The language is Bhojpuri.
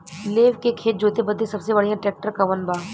लेव के खेत जोते बदे सबसे बढ़ियां ट्रैक्टर कवन बा?